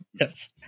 Yes